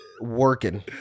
working